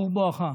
ברוך בואך.